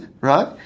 right